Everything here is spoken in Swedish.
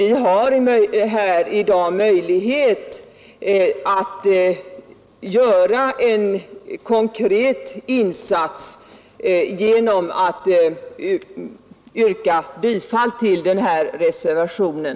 Vi har här i dag möjlighet att göra en konkret insats genom att bifalla reservationen.